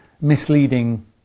misleading